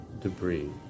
debris